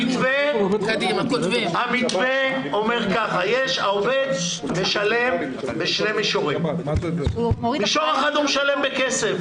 המתווה אומר שהעובד משלם בשני מישורים: מישור אחד הוא בכסף,